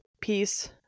peace